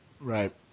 Right